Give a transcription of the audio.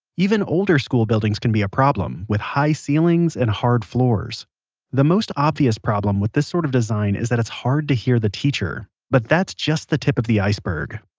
even older school buildings can be a problem, with high ceilings and hard floors the most obvious problem with this sort of design is that it's hard to hear the teacher. but that's just the tip of the iceberg